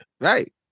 Right